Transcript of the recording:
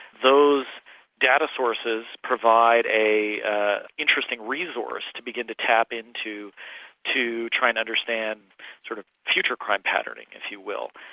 those data sources provide an ah interesting resource to begin to tap into to try and understand sort of future crime patterning, if you will.